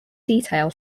detail